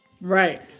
Right